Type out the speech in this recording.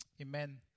Amen